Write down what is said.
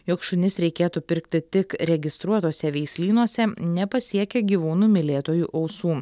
jog šunis reikėtų pirkti tik registruotuose veislynuose nepasiekia gyvūnų mylėtojų ausų